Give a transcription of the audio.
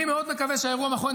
אני מאוד מקווה שהאירוע מאחורינו.